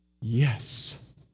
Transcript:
Yes